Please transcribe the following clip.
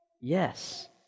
Yes